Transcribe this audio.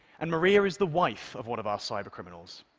and maria is the wife of one of our cybercriminals.